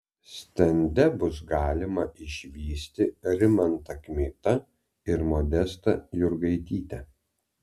stende bus galima išvysti rimantą kmitą ir modestą jurgaitytę